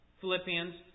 Philippians